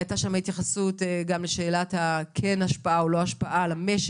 היתה שם התייחסות גם לשאלה האם יש השפעה או אין על האבטלה,